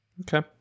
okay